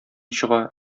чыга